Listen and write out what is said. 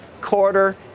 quarter